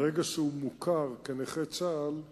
מהרגע שהוא מוכר כנכה צה"ל,